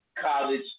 college